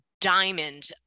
diamond